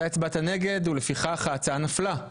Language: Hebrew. אתה הצבעת נגד ולפיכך ההצעה נפלה.